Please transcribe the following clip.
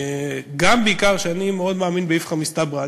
גם ובעיקר בגלל שאני מאוד מאמין באיפכא מסתברא.